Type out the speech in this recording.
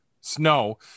snow